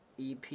EP